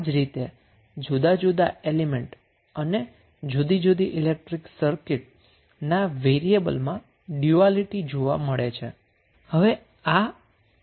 આ રીતે જુદા જુદા એલીમેન્ટ અને જુદી જુદી ઈલેક્ટ્રિકલ સર્કિટ ના વેરિએબલ માં ડયુઆલિટી જોવા મળે છે